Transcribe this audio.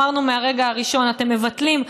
אמרנו מהרגע הראשון: אתם מבטלים,